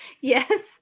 Yes